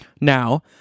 Now